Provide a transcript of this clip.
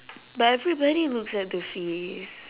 but everybody looks at the face